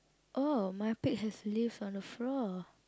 oh my pigs have leaves on the floor